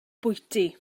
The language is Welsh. bwyty